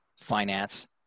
finance